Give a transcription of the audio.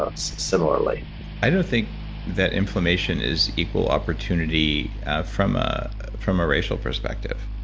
ah similarly i don't think that inflammation is equal opportunity from ah from a racial perspective.